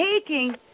taking